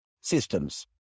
Systems